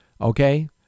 Okay